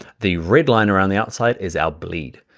the red line around the outside is our bleed.